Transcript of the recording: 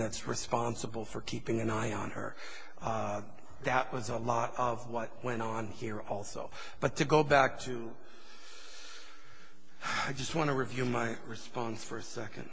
that's responsible for keeping an eye on her that was a lot of what went on here also but to go back to i just want to review my response for a second